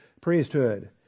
priesthood